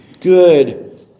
good